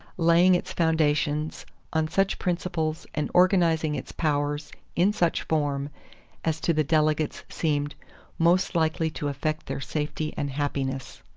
laying its foundations on such principles and organizing its powers in such form as to the delegates seemed most likely to affect their safety and happiness.